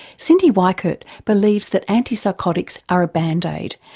cyndi weickert believes that antipsychotics are a band-aid,